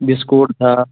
biscuit آ